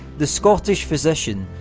the scottish physician,